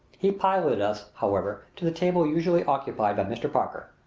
he piloted us, however, to the table usually occupied by mr. parker.